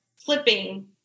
flipping